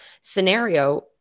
scenario